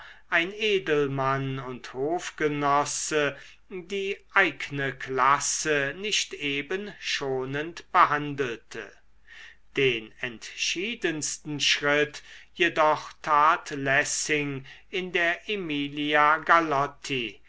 ein edelmann und hofgenosse die eigne klasse nicht eben schonend behandelte den entschiedensten schritt jedoch tat lessing in der emilia galotti